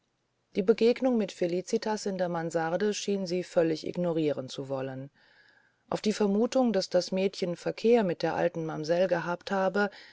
die begegnung mit felicitas in der mansarde schien sie völlig ignorieren zu wollen auf die vermutung daß das mädchen verkehr mit der alten mamsell gehabt habe